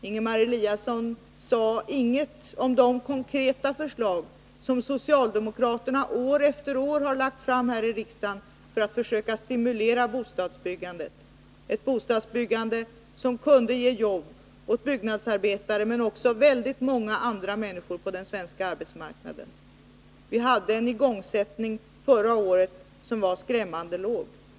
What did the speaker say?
Ingemar Eliasson sade ingenting om de konkreta förslag som socialdemokraterna år efter år har lagt fram här i riksdagen för att försöka stimulera bostadsbyggandet, ett bostadsbyggande som kunde ge jobb åt byggnadsarbetare men också åt väldigt många andra människor på den svenska arbetsmarknaden. Vi hade förra året en igångsättning som var skrämmande låg.